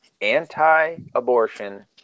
anti-abortion